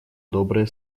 добрые